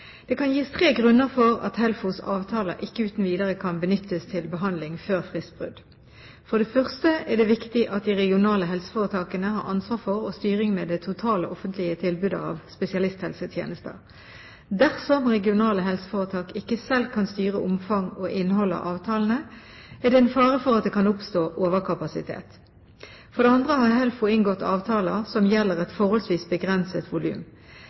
at HELFOs avtaler ikke uten videre kan benyttes til behandling før fristbrudd: For det første er det viktig at de regionale helseforetakene har ansvar for og styring med det totale offentlige tilbudet av spesialisthelsetjenester. Dersom regionale helseforetak ikke selv kan styre omfang og innhold av avtalene, er det en fare for at det kan oppstå overkapasitet. For det andre har HELFO inngått avtaler som gjelder et forholdsvis begrenset volum.